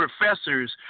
professors